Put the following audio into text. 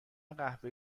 قهوه